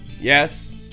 yes